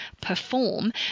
perform